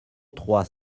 trois